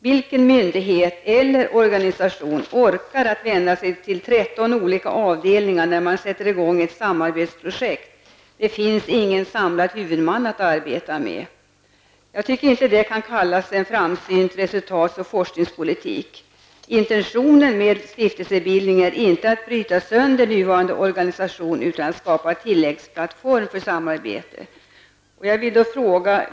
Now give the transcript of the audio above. Vilken myndighet eller organisation orkar att vända sig till 13 olika avdelningar när man sätter i gång ett samarbetsprojekt? Det finns ingen samlad huvudman att arbeta med. Jag tycker att det inte kan kallas ett framsynt resultat och forskningspolitik. Intentionen med stiftelsebildning är inte att bryta sönder nuvarande organisation utan att skapa en tilläggsplattform för samarbete.